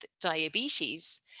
diabetes